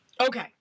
Okay